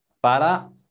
para